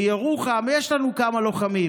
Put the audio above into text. מירוחם יש לנו כמה לוחמים,